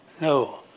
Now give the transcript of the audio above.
No